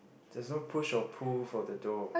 there's no push or pull for the door